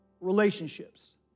Relationships